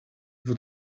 vous